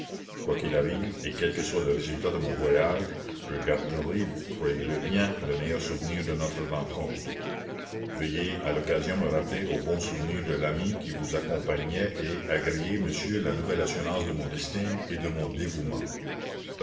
quoi qu'il arrive et quel que soit le résultat de mon voyage je garderai croyezle bien le meilleur souvenir de notre rencontre veuillez à l'occasion me rappeler au bon souvenir de l'ami qui vous accompagnait et agréez monsieur la nouvelle assurance de mon estime et de mon dévouement